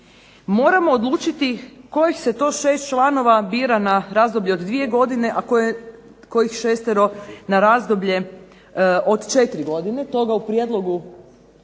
moramo odlučiti kojih se to šest članova bira na razdoblje od 2 godine, a kojih 6 na razdoblje od 4 godine, toga u prijedlogu